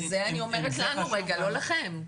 וזה אני אומרת לנו כרגע, לא לכם.